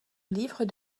livre